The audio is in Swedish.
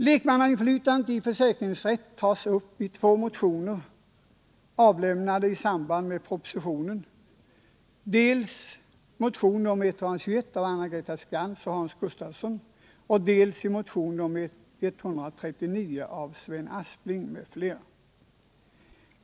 Lekmannainflytandet i försäkringsrätt tas upp i två motioner avlämnade med anledning av propositionen; dels motionen 121 av Anna-Greta Skantz och Hans Gustafsson, dels motionen 139 av Sven Aspling m.fl.